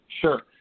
sure